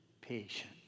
Patient